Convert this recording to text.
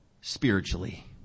spiritually